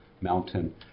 Mountain